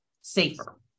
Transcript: safer